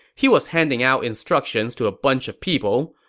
he was handing out instructions to a bunch of people.